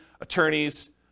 attorneys